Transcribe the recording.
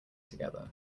together